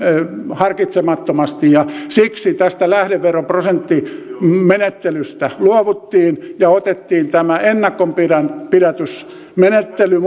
harkitsemattomasti siksi lähdeveroprosenttimenettelystä luovuttiin ja otettiin tämä ennakonpidätysmenettely